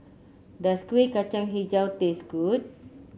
does Kuih Kacang hijau taste good